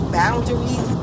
boundaries